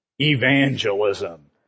Evangelism